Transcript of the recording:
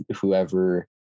whoever